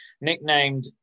nicknamed